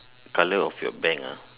colour of your bank ah